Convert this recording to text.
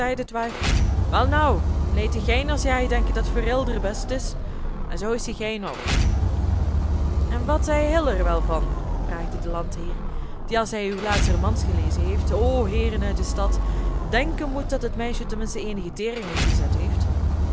nou leet ie geen as jai denke dat t veur hil der best is en zoo is ie geen ook en wat zei hil er wel van vraagde de landheer die als hij uw laatste romans gelezen heeft o heeren uit de stad denken moet dat het meisje ten minste eenige teringen gezet heeft